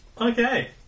Okay